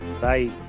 bye